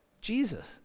Jesus